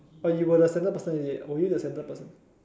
oh you were the centre person is it were you the centre person